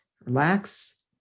relax